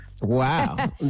wow